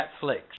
Netflix